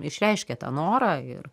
išreiškia tą norą ir